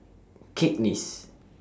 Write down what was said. Cakenis